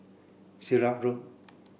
Sirat Road